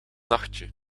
nachtje